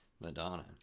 Madonna